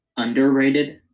underrated